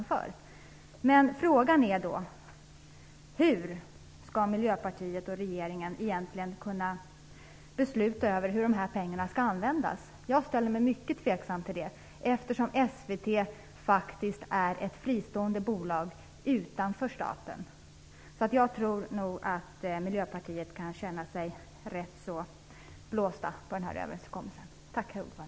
Frågan är då hur Miljöpartiet och regeringen skall kunna besluta över hur de här pengarna skall användas. Jag ställer mig mycket tveksam till det, eftersom SVT faktiskt är ett fristående bolag utanför staten. Jag tror nog att Miljöpartiet kan känna sig "blåst" på den här överenskommelsen.